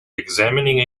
examining